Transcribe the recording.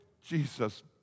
Jesus